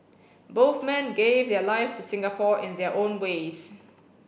both men gave their lives to Singapore in their own ways